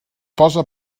posa